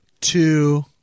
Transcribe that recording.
two